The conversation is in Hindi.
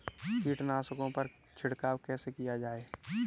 कीटनाशकों पर छिड़काव कैसे किया जाए?